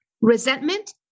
Resentment